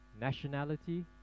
nationality